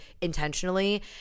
intentionally